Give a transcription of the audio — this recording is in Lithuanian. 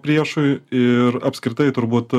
priešui ir apskritai turbūt